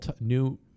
new